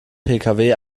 pkw